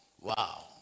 wow